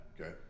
Okay